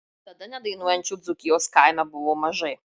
tada nedainuojančių dzūkijos kaime buvo mažai